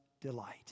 delight